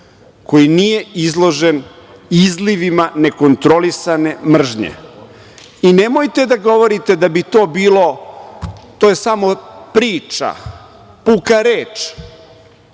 koji nije izložen izlivima nekontrolisane mržnje. Nemojte da govorite da bi to bila samo priča, puka reč. Ja